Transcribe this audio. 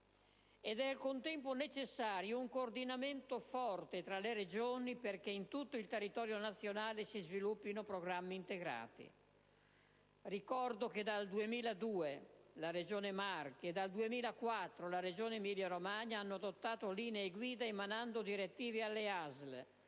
ed è al contempo necessario un coordinamento forte tra le Regioni perché in tutto il territorio nazionale si sviluppino programmi integrati. Ricordo che dal 2002 la Regione Marche e dal 2004 la Regione Emilia-Romagna hanno adottato linee-guide, emanando direttive alle ASL,